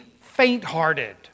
faint-hearted